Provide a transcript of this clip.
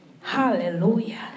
Hallelujah